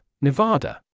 Nevada